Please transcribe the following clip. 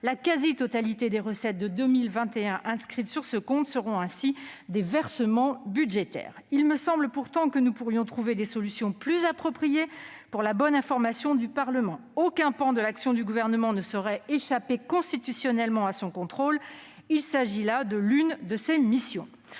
La quasi-totalité des recettes de 2021 inscrites sur ce compte seront ainsi des versements budgétaires. Il me semble pourtant que nous pourrions trouver des solutions plus appropriées pour la bonne information du Parlement. Aucun pan de l'action du Gouvernement ne saurait échapper à son contrôle : il s'agit là de l'une de ses missions